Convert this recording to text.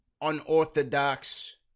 unorthodox